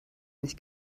nicht